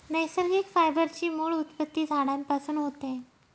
नैसर्गिक फायबर ची मूळ उत्पत्ती झाडांपासून होते